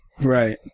Right